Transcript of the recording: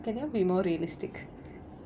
can they be more realistic